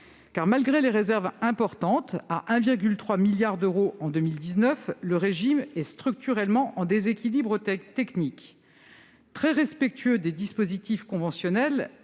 malgré les réserves importantes- de l'ordre de 1,3 milliard d'euros en 2019 -, le régime est structurellement en déséquilibre technique. Très respectueux des dispositifs conventionnels,